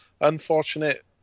unfortunate